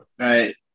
Right